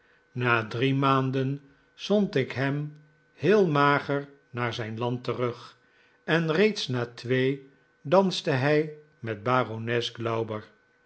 na drie maanden zond ik hem heel mager naar zijn land terug en reeds na twee danste hij met barones